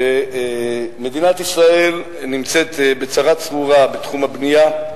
שמדינת ישראל נמצאת בצרה צרורה בתחום הבנייה,